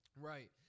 Right